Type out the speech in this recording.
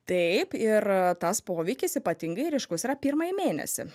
taip ir tas poveikis ypatingai ryškus yra pirmąjį mėnesį